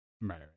right